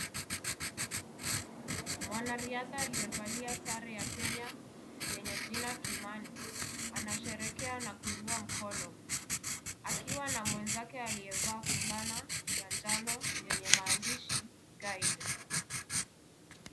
Mwanariadha aliyevalia sare ya Kenya yenye jina Kimani anasherekea na kuinua mkono, akiwa na mwenzake aliyevaa fulana ya njano yenye maandishi guide .